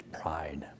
pride